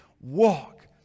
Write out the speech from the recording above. walk